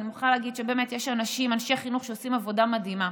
אני מוכרחה להגיד שבאמת יש אנשי חינוך שעושים עבודה מדהימה,